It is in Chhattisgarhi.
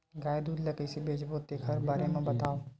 गाय दूध ल कइसे बेचबो तेखर बारे में बताओ?